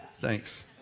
Thanks